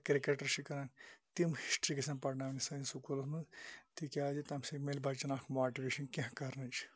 یا کرکَٹ چھِ کَران تِم ہِشٹری گَژھن پَرناونہٕ سٲنِس سکوٗلَس مَنٛز تکیازِ تمہ سۭتۍ میلہِ بَچَن اَکھ موٹِویشَن کینٛہہ کَرنٕچ